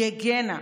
היא הגנה,